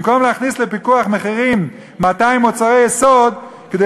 במקום להכניס לפיקוח מחירים 200 מוצרי יסוד כדי